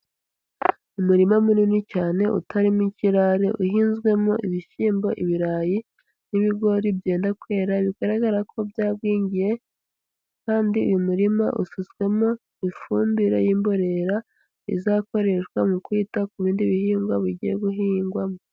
Umurima munini cyane utarimo ikirare uhinzwemo ibishyimbo, ibirayi, n'ibigori byenda kwera bigaragara ko byagwingiye, kandi uyu murima usutswemo ifumbire y'imborera izakoreshwa mu kwita ku bindi bihingwa bigiye guhingwamo.